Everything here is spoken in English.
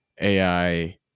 AI